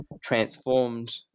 transformed